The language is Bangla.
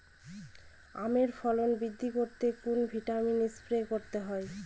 আমের ফলন বৃদ্ধি করতে কোন ভিটামিন স্প্রে করতে হয়?